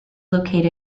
located